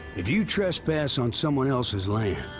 if you trespass on someone else's land,